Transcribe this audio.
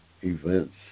events